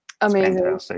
Amazing